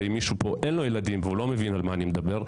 אם למישהו פה אין ילדים והוא לא מבין על מה אני מדבר,